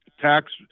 tax